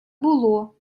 було